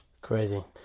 Crazy